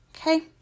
okay